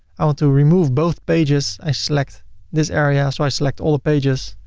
i want to remove both pages, i select this area, so i select all the pages,